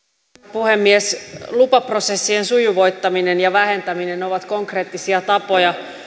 puhemies lupaprosessien sujuvoittaminen ja vähentäminen ovat konkreettisia tapoja